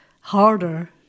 harder